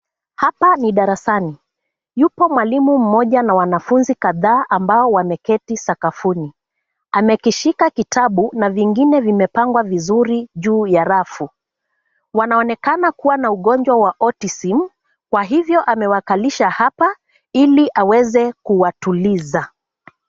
Hapa ni darasani. Yupo mwalimu mmoja na wanafunzi kadhaa ambao wameketi sakafuni. Amekishika kitabu na vingine vimepangwa vizuri juu ya rafu. Wanaonekana kuwa na ugonjwa wa autism , kwa hivyo amewakalisha hapa ili aweze kuwatuliza.